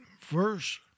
verse